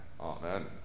Amen